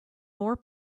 more